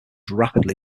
rapidly